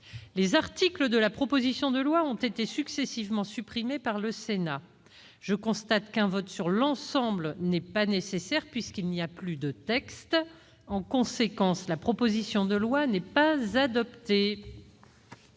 trois articles de la proposition de loi ayant été successivement rejetés par le Sénat, je constate qu'un vote sur l'ensemble n'est pas nécessaire puisqu'il n'y a plus de texte. En conséquence, la proposition de loi visant